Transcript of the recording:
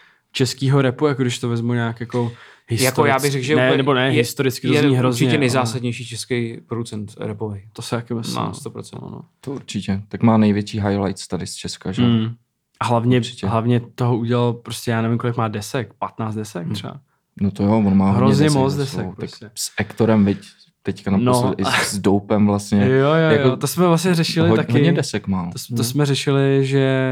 českýho rapu, jako když to vezmu nějak jako Jako já bych historicky- řekl, že Ne, úplně- nebo ne, je- historicky to je zní hrozně, určitě ale- nejzásadnější český producent rapovej. To se taky myslím, No. na 100%. No, no. To určitě. Tak má největší highlights tady z Česka, že jo? Mm. A hlavně- Určitě. hlavně toho udělal prostě, já nevím, kolik má desek, 15 desek Hm. třeba. No to jo, on má hodně Hrozně desek moc za desek sebou. Tak prostě. s Ektorem, viď, teďka naposled No. i s- s Dopem vlastně. Jo, jo, Jako- jo, to jsme vlastně řešili hodně- hodně taky. desek má, no. To s- to Hm. jsme řešili, že-